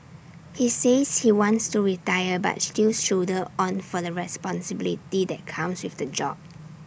he says he wants to retire but stills shoulder on for the responsibility that comes with the job